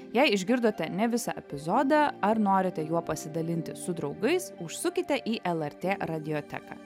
jei išgirdote ne visą epizodą ar norite juo pasidalinti su draugais užsukite į lrt radioteką